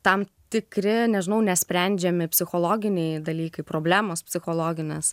tam tikri nežinau nesprendžiami psichologiniai dalykai problemos psichologinės